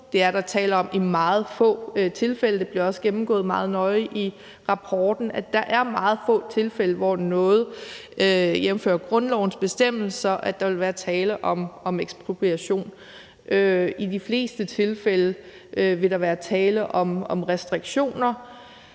Det er der tale om i meget få tilfælde. Det bliver også gennemgået meget nøje i rapporten, at der er meget få tilfælde, hvor der, jævnfør grundlovens bestemmelser, vil være tale om ekspropriation. I de fleste tilfælde vil der være tale om restriktioner,